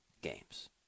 games